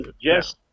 Yes